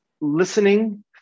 listening